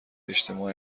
اجتماع